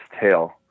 tale